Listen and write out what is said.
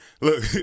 Look